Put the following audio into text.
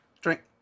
drink